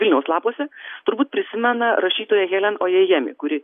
vilniaus lapuose turbūt prisimena rašytoja helen ojejemi kuri